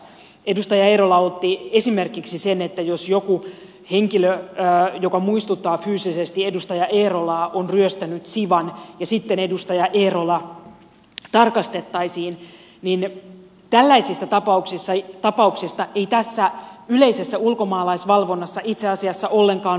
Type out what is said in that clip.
edustaja eerola otti esimerkiksi sen jos joku henkilö joka muistuttaa fyysisesti edustaja eerolaa on ryöstänyt siwan ja sitten edustaja eerola tarkastettaisiin tällaisista tapauksista ei tässä yleisessä ulkomaalaisvalvonnassa itse asiassa ollenkaan puhuta